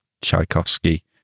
Tchaikovsky